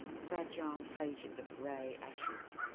fragile pages of grey ashes,